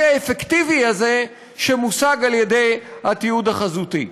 האפקטיבי הזה שמושג על-ידי התיעוד החזותי.